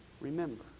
Remember